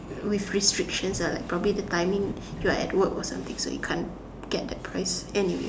with restrictions ah like probably the timing you are at work or something so you can't get that price anyway